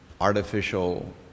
artificial